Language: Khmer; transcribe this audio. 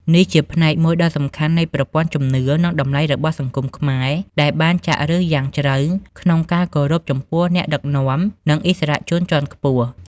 នេះជាផ្នែកមួយដ៏សំខាន់នៃប្រព័ន្ធជំនឿ និងតម្លៃរបស់សង្គមខ្មែរ ដែលបានចាក់ឫសយ៉ាងជ្រៅក្នុងការគោរពចំពោះអ្នកដឹកនាំ និងឥស្សរជនជាន់ខ្ពស់។